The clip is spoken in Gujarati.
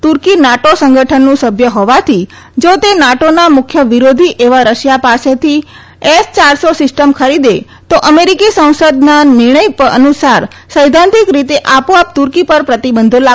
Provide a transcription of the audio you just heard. તુર્કી નાટો સંગઠનનું સભ્ય હોવાથી જા તે નાટોના મુખ્ય વીરોધી એવા રશિયા પાસેથી એસ યારસો સિસ્ટમ ખરીદે તો અમેરિકી સંસદના નિર્ણય અનુસાર સૈધ્ધાંતિક રીતે આપોઆપ તુર્કી પર પ્રતિબંધો લાગુ થઈ જાય છે